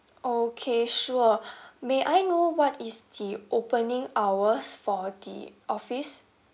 okay sure may I know what is the opening hours for the office